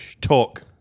Talk